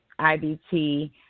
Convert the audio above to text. IBT